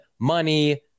money